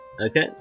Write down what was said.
Okay